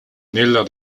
nella